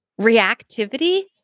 reactivity